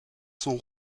son